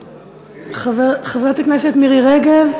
חברת הכנסת מירי רגב,